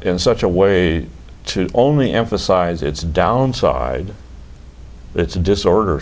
in such a way to only emphasize it's downside it's a disorder